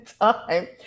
time